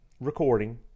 recording